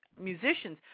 musicians